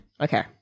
Okay